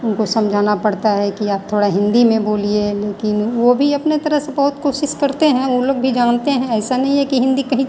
उनको समझाना पड़ता है कि आप थोड़ा हिन्दी में बोलिए लेकिन वह भी अपने तरफ़ से बहुत कोशिश करते हैं वह लोग जानते हैं ऐसा नहीं है कि हिन्दी कहीं